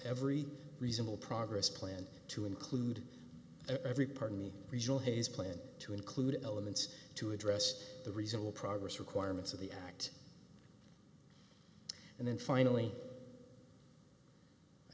every reasonable progress plan to include every part of the regional haze plan to include elements to address the reasonable progress requirements of the act and then finally i